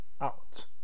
out